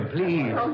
Please